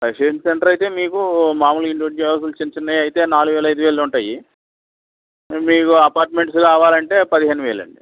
present enter అయితే మీకు మామూలు ఇల్లు జాన్కులు చిన్న చిన్నదైతే నాలుగు వేలు ఐదువేలులో ఉంటాయి మీకు అపార్ట్మెంట్స్ కావాలంటే పదిహేను వేలండి